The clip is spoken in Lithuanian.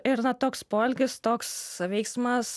ir na toks poelgis toks veiksmas